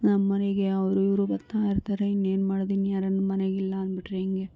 ನಮ್ಮನೆಗೆ ಅವರು ಇವರು ಬರ್ತಾಯಿತಾರೆ ಇನ್ನೇನು ಮಾಡೋದು ಇನ್ನು ಯಾರಾನ ಮನೆಯಲ್ಲಿ ಇಲ್ಲಾಂದದ್ಬಿಟ್ರೆ ಹೆಂಗೆ